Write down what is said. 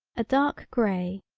a dark grey,